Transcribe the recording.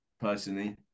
personally